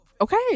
Okay